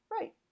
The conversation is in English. Right